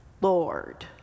Lord